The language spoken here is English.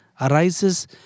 arises